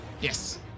Yes